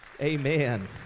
Amen